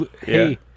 Hey